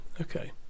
okay